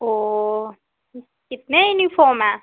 ओह कितने यूनिफॉम हैं